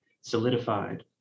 solidified